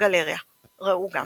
גלריה ראו גם